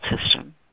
system